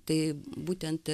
tai būtent